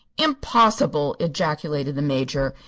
impossible! ejaculated the major.